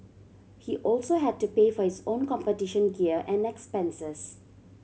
he also had to pay for his own competition gear and expenses